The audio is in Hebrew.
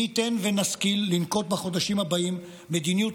מי ייתן שנשכיל לנקוט בחודשים הבאים מדיניות